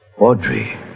Audrey